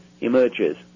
emerges